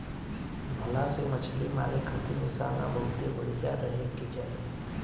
भला से मछली मारे खातिर निशाना बहुते बढ़िया रहे के चाही